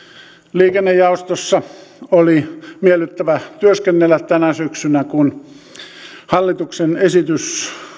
liikennejaostossa oli miellyttävä työskennellä tänä syksynä kun hallituksen esitys